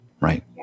Right